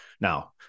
now